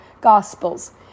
Gospels